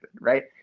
right